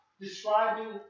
describing